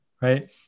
right